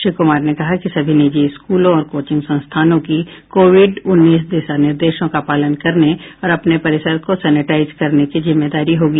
श्री कुमार ने कहा कि सभी निजी स्कूलों और कोचिंग संस्थानों की कोविड उन्नीस दिशा निर्देशों का पालन करने और अपने परिसर को सैनिटाइज करने की जिम्मेदारी होगी